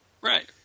Right